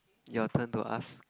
your turn to ask